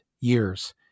years